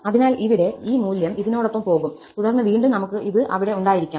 അതിനാൽ ഇവിടെ ഈ മൂല്യം ഇതിനോടൊപ്പം പോകും തുടർന്ന് വീണ്ടും നമുക്ക് ഇത് അവിടെ ഉണ്ടായിരിക്കണം